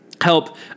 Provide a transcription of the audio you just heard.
help